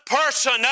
person